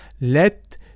let